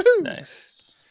Nice